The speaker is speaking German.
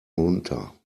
runter